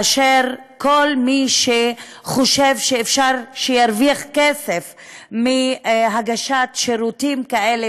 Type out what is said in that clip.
שכל מי שחושב שירוויח כסף מהגשת שירותים כאלה